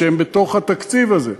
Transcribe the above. שהן בתוך התקציב הזה.